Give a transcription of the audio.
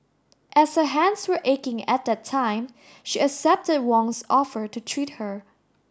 as her hands were aching at that time she accepted Wong's offer to treat her